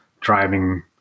driving